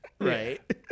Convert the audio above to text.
right